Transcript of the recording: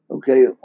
Okay